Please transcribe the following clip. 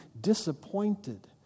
disappointed